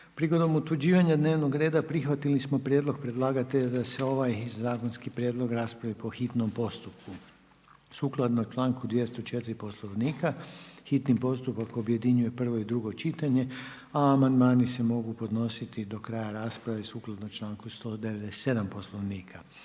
Prigodom utvrđivanja dnevnog reda prihvatili smo prijedlog predlagatelja da se ovaj zakonski prijedlog raspravi po hitnom postupku. Sukladno članku 204. Poslovnika hitni postupak objedinjuje prvo i drugo čitanje, a amandmani se mogu podnositi do kraja rasprave sukladno članku 197. Poslovnika.